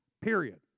Period